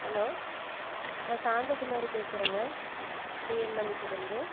hello நான் சாந்தகுமாரி பேசுகிறேங்க TN பாளையத்துலேருந்து